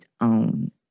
own